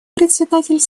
председатель